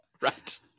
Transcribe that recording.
right